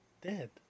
dead